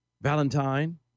Valentine